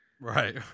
Right